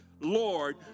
Lord